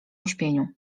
uśpieniu